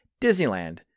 Disneyland